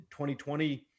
2020